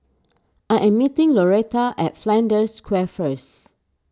I am meeting Loretta at Flanders Square first